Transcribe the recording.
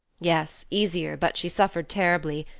yes, easier, but she suffered terribly.